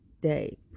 day